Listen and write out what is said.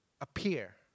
appear